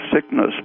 sickness